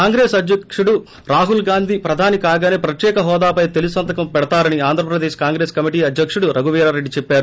కాంగ్రెస్ అధ్యకుడు రాహుల్ గాంధీ ప్రధాని కాగానే ప్రత్యేక హోదాపై తొలి సంతకం పెడతారని ఆంధ్రప్రదేశ్ కాంగ్రెస్ కమిటి అధ్యకుడు రఘువీరారెడ్డి చెప్పారు